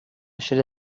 should